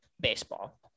baseball